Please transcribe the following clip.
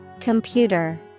computer